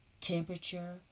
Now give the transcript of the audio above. temperature